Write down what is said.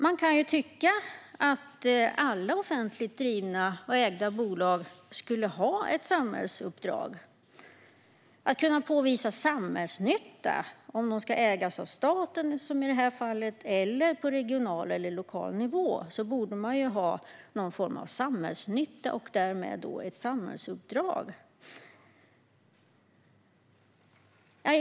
Man kan ju tycka att alla offentligt drivna och ägda bolag skulle ha ett samhällsuppdrag och att de skulle kunna påvisa samhällsnytta om de ägs av staten, som i det här fallet, eller på regional eller lokal nivå. Då borde det finnas någon form av samhällsnytta, och därmed skulle de då ha ett samhällsuppdrag.